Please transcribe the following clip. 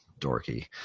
dorky